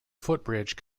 footbridge